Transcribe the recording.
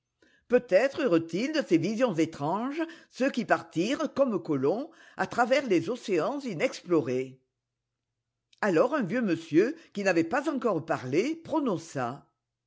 peutêtre eurent-ils de ces visions étranges ceux qui partirent comme colomb à travers les océans mexplorés alors un vieux monsieur qui n'avait pas encore parlé prononça